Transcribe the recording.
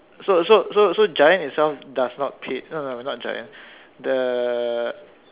so so so so giant itself does not pay no no not giant the